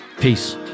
Peace